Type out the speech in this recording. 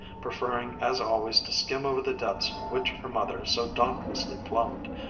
preferring as always to skim over the depths which her mother so dauntlessly plumbed.